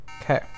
Okay